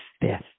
fifth